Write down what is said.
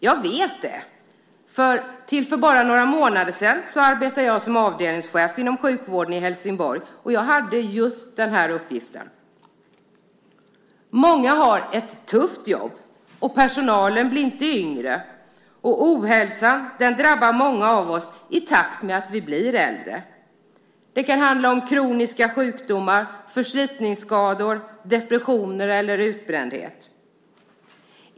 Jag vet det. Till för bara några månader sedan arbetade jag som avdelningschef inom sjukvården i Helsingborg, och jag hade just den här uppgiften. Många har ett tufft jobb. Personalen blir inte yngre, och ohälsan drabbar många av oss i takt med att vi blir äldre. Det kan handla om kroniska sjukdomar, förslitningsskador, depressioner eller utbrändhet.